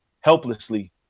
helplessly